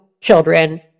children